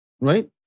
Right